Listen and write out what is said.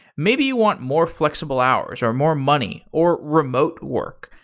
maybe you want more flexible hours, or more money, or remote work.